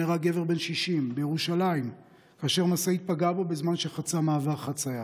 נהרג גבר בן 60 בירושלים כאשר משאית פגעה בו בזמן שחצה מעבר חציה,